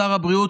שר הבריאות,